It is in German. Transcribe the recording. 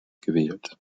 gewählt